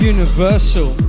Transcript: Universal